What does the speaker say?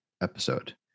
episode